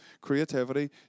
creativity